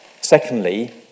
Secondly